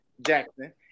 Jackson